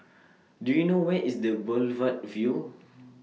Do YOU know Where IS The Boulevard Vue